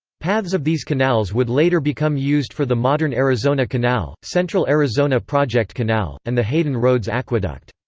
paths of these canals would later become used for the modern arizona canal, central arizona project canal, and the hayden-rhodes aqueduct.